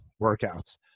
workouts